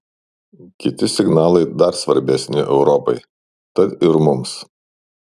kiti signalai dar svarbesni europai tad ir mums